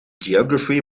geography